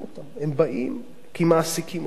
הם באים כי מעסיקים אותם.